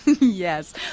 Yes